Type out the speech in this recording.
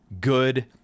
good